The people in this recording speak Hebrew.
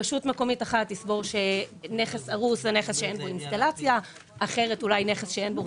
רשות מקומית אחת תסבור שנכס הרוס הוא נכס שאין בו אינסטלציה,